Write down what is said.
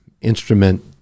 instrument